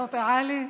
שנולדה,